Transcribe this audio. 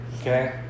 okay